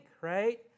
right